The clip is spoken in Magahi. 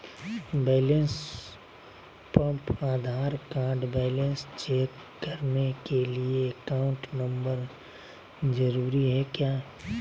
Balance pump Aadhaar card balance check करने के लिए अकाउंट नंबर जरूरी है क्या?